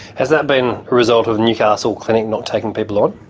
has that been a result of newcastle clinic not taking people on?